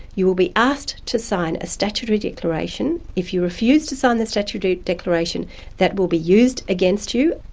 you will be asked to sign a statutory declaration. if you refuse to sign the statutory declaration that will be used against you,